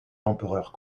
l’empereur